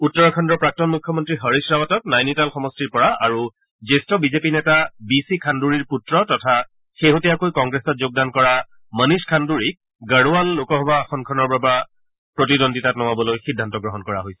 উত্তৰাখণ্ডৰ প্ৰাক্তন মুখ্যমন্ত্ৰী হৰীশ ৰাৱটক নাইনিটাল সমষ্টিৰ পৰা আৰু জ্যেষ্ঠ বিজেপি নেতা বিচি খাণুৰিৰ পুত্ৰ তথা শেহতীয়াকৈ কংগ্ৰেছত যোগদান কৰা মনীষ খাণুৰিক গাড়োৱাল লোকসভা আসনখনৰ পৰা প্ৰতিদ্বন্দ্বিতাত নমাবলৈ সিদ্ধান্ত গ্ৰহণ কৰা হৈছে